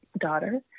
daughter